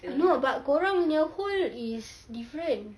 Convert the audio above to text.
no but kau orang punya hole is different